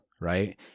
right